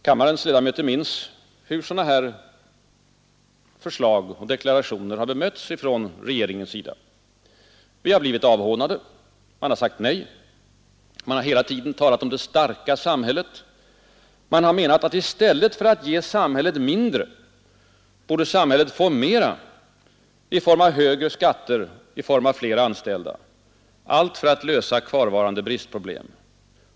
Kammarens ledamöter minns hur sådana här förslag och deklarationer har bemötts av regeringen. Vi har blivit avhånade. Man har sagt nej. Man har hela tiden talat om ”det starka samhället”. Man har menat att i stället för att ge samhället mindre, borde samhället få mera i form av högre skatter, i form av flera anställda — allt för att lösa kvarvarande bristproblem.